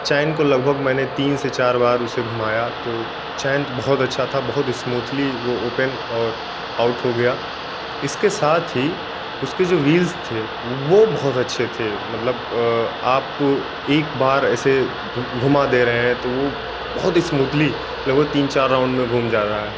चैन को लगभग मैंने तीन से चार बार उसे घुमाया तो चैन बहुत अच्छा था बहुत स्मूथली वह ओपन और आउट हो गया इसके साथ ही उसके जो व्हील्स थे वो बहुत अच्छे थे मतलब आप एक बार ऐसे घुमा दे रहे हैं तो वो बहुत ही स्मूथली लगभग तीन चार राउंड में घूम जा रहा है